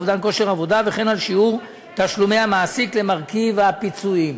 אובדן כושר עבודה וכן על שיעור תשלומי המעסיק למרכיב הפיצויים.